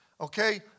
Okay